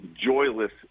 joyless